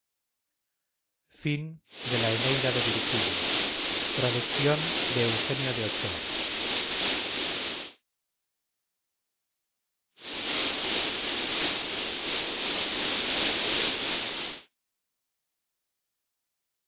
de las sombras virgilio eneida traducción de eugenio de ochoa